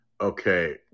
Okay